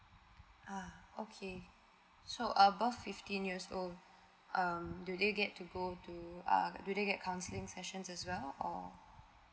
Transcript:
ah okay so above fifteen years old um do they get to go to uh do they get counseling sessions as well or